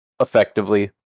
effectively